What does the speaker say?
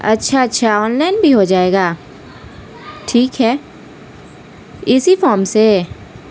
اچھا اچھا online بھی ہو جائے گا ٹھیک ہے اسی فارم سے